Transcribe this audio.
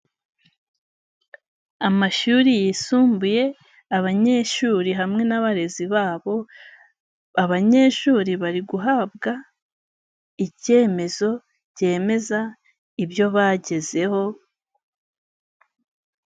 Amashuri yisumbuye, abanyeshuri hamwe n'abarezi babo, abanyeshuri bari guhabwa icyemezo byemeza ibyo bagezeho.